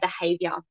behavior